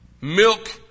Milk